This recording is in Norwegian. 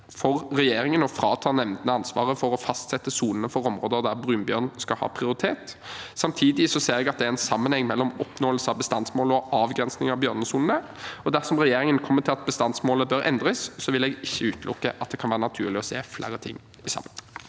for regjeringen å frata nemndene ansvaret for å fastsette sonene for områder der brunbjørn skal ha prioritet. Samtidig ser jeg at det er en sammenheng mellom oppnåelse av bestandsmålet og avgrensing av bjørnesonene, og dersom regjeringen kommer til at bestandsmålet bør endres, vil jeg ikke utelukke at det kan være naturlig å se flere ting i sammenheng.